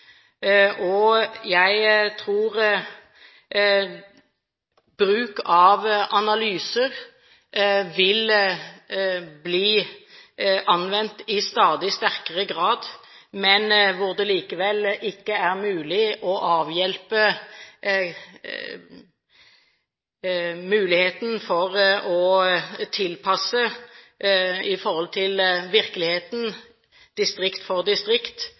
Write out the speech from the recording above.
Jeg tror bruk av analyser vil bli anvendt i stadig sterkere grad, men hvor det likevel ikke er mulig å avhjelpe alt med tanke på virkeligheten, distrikt for distrikt,